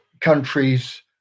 countries